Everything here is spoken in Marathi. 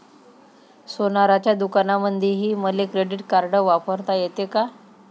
सोनाराच्या दुकानामंधीही मले क्रेडिट कार्ड वापरता येते का?